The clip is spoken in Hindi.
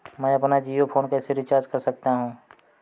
मैं अपना जियो फोन कैसे रिचार्ज कर सकता हूँ?